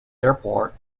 airport